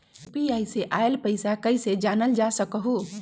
UPI से आईल पैसा कईसे जानल जा सकहु?